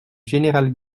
général